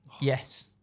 Yes